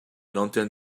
lanterne